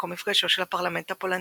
מקום מפגשו של הפרלמנט הפולני,